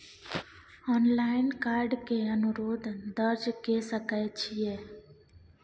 Online card के अनुरोध दर्ज के सकै छियै?